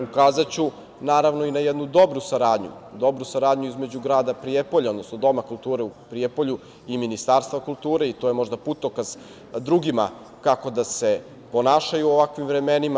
Ukazaću, naravno, i na jednu dobru saradnju, dobru saradnju između grada Prijepolja, odnosno Doma kulture u Prijepolju i Ministarstva kulture i to je možda putokaz drugima kako da se ponašaju u ovakvim vremenima.